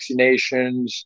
vaccinations